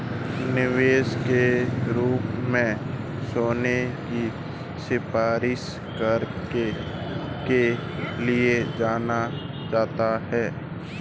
निवेश के रूप में सोने की सिफारिश करने के लिए जाना जाता है